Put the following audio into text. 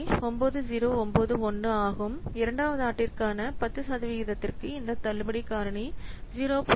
9091 ஆகும் 2 வது ஆண்டிற்கான 10 சதவீத வீதத்திற்கு இந்த தள்ளுபடி காரணி 0